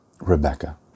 Rebecca